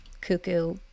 cuckoo